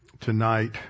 tonight